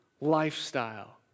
lifestyle